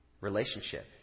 relationship